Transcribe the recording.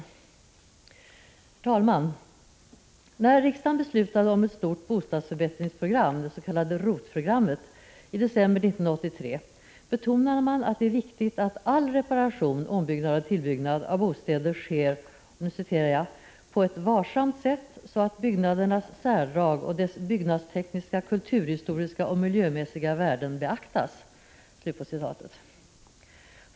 Herr talman! När riksdagen beslutade om ett stort bostadsförbättringsprogram, det s.k. ROT-programmet, i december 1983 betonade man att det är viktigt att all reparation, ombyggnad och tillbyggnad av bostäder sker ”på ett varsamt sätt så att byggnadens särdrag och dess byggnadstekniska, kulturhistoriska och miljömässiga värden beaktas”.